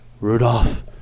Rudolph